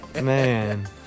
Man